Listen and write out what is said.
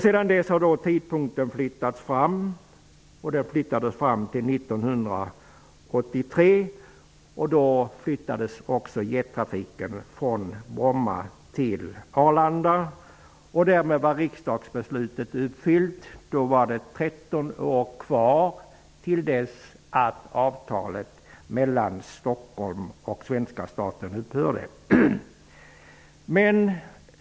Sedan dess har tidpunkten flyttats fram till 1983, då jettrafiken flyttades från Bromma till Arlanda. Därmed var riksdagsbeslutet fullföljt. Då var det 13 år kvar till dess att avtalet mellan Stockholm och svenska staten upphörde.